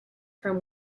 from